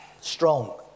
strong